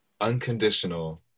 unconditional